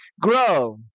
grow